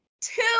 two